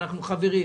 אנחנו חברים.